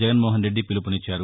జగన్మోహన్ రెడ్డి పిలుపునిచ్చారు